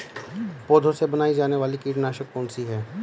पौधों से बनाई जाने वाली कीटनाशक कौन सी है?